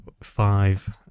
five